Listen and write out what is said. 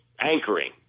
anchoring